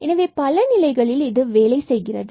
எனவே பல நிலைகளில் இது வேலை செய்கிறது